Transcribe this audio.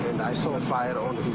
i still a fight on